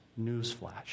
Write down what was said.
newsflash